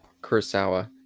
Kurosawa